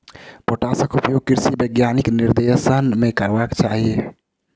पोटासक उपयोग कृषि वैज्ञानिकक निर्देशन मे करबाक चाही